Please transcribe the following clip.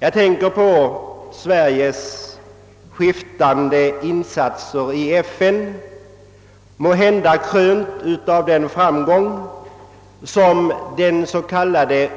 Jag tänker på Sveriges skiftande insatser i FN, krönta av den framgång som den s.k.